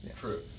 True